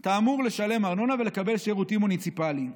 אתה אמור לשלם ארנונה ולקבל שירותים מוניציפליים.